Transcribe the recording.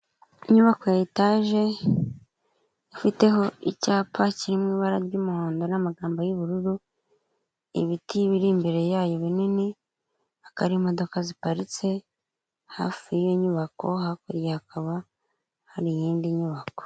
Inyubako ya etaje ifiteho icyapa kiri mu ibara ry'umuhondo n'amagambo y'ubururu, ibiti biri imbere yayo binini, hakaba hari imodoka ziparitse hafi y'inyubako, hakurya hakaba hari iyindi nyubako.